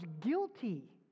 guilty